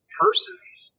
persons